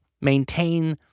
maintain